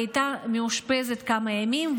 היא הייתה מאושפזת כמה ימים,